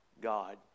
God